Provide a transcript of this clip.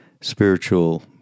spiritual